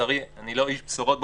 לצערי אני לא איש בשורות,